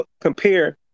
compare